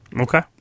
Okay